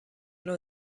نوع